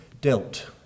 dealt